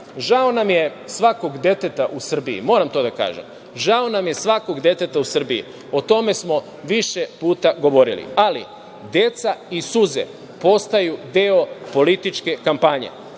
nam je svakog deteta u Srbiji, moram to da kažem. Žao nam je svakog deteta u Srbiji. O tome smo više puta govorili. Ali, deca i suze postaju deo političke kampanje.